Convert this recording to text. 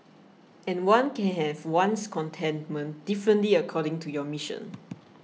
and one can have one's contentment differently according to your mission